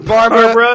Barbara